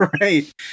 Right